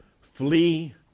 flee